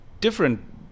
different